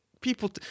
people